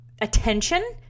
attention